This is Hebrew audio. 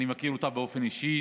אני מכיר אותה באופן אישי.